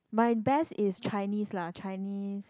my best is Chinese lah Chinese